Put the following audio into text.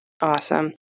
Awesome